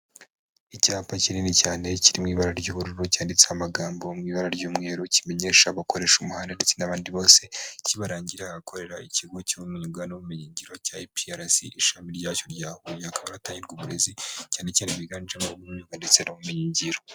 Icyapa kinini cyane kiri mu ibara ry'ubururu cyanditseho amagambo mu ibara ry'umweru, kimenyesha abakoresha umuhanda ndetse n'abandi bose. Kibarangira ahakorera ikigo cy'imyuga n'ubumenyingiro cya IPRC ishami ryacyo rya Huye. Akaba ahatangirwa uburezi cyane cyane bwiganjemo ubw'imyuga ndetse n'ubumenyingiro.